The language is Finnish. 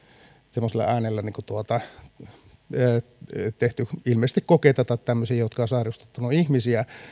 semmoisella äänellä on ilmeisesti tehty kokeita tai tämmöisiä jotka ovat sairastuttaneet ihmisiä